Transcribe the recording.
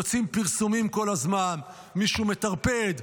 יוצאים פרסומים כל הזמן: מישהו מטרפד,